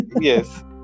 Yes